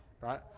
right